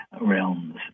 realms